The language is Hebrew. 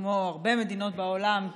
כמו הרבה מדינות בעולם,